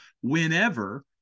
whenever